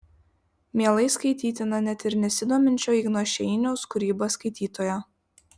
mielai skaitytina net ir nesidominčio igno šeiniaus kūryba skaitytojo